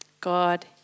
God